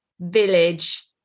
Village